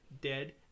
Dead